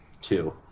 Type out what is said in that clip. two